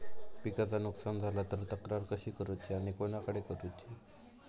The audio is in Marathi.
पिकाचा नुकसान झाला तर तक्रार कशी करूची आणि कोणाकडे करुची?